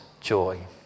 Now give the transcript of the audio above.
joy